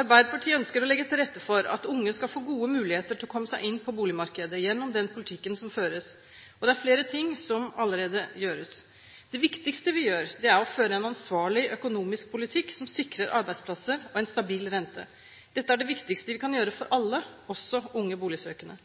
Arbeiderpartiet ønsker å legge til rette for at unge skal få gode muligheter til å komme seg inn på boligmarkedet gjennom den politikken som føres, og det er flere ting som allerede gjøres. Det viktigste vi gjør, er å føre en ansvarlig økonomisk politikk som sikrer arbeidsplasser og en stabil rente. Dette er det viktigste vi kan gjøre for alle, også unge boligsøkende.